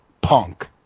punk